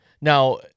Now